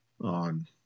on